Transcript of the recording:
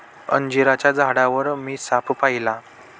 अंजिराच्या झाडावर मी साप पाहिला